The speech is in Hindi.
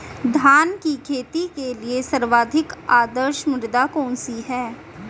धान की खेती के लिए सर्वाधिक आदर्श मृदा कौन सी है?